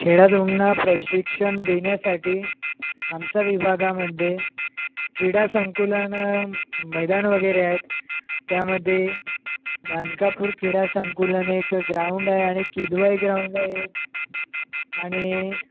खेळाडूंना प्रशिक्षण देन्यासाठी आमच्या विभागामध्ये क्रीडा संकुलनं मैदान वगैरे आहेत त्यामध्ये मानकापूर क्रीडा संकुलन एक ग्राऊंड आहे आणि किदवाई ग्राऊंड आहे एक आणि